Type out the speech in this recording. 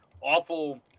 awful